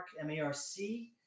M-A-R-C